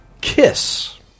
KISS